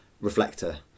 reflector